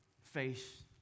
face